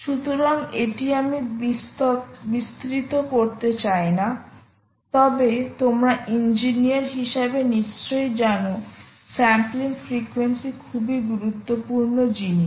সুতরাং এটি আমি বিস্তৃত করতে চাইনা তবে তোমরা ইঞ্জিনিয়ার হিসাবে নিশ্চয়ই জানো স্যাম্পলিং ফ্রিকোয়েন্সি খুবই গুরুত্বপূর্ণ জিনিস